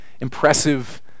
impressive